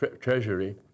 Treasury